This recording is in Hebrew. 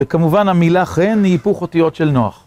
וכמובן המילה חן היא היפוך אותיות של נוח.